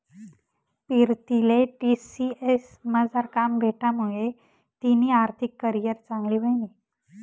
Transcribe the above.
पीरतीले टी.सी.एस मझार काम भेटामुये तिनी आर्थिक करीयर चांगली व्हयनी